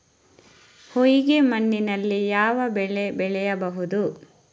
ಹೊಯ್ಗೆ ಮಣ್ಣಿನಲ್ಲಿ ಯಾವ ಬೆಳೆ ಬೆಳೆಯಬಹುದು?